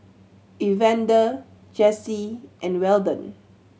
Evander Jesse and Weldon